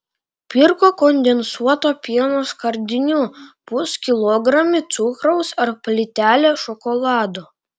pirko kondensuoto pieno skardinių puskilogramį cukraus ar plytelę šokolado